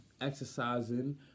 exercising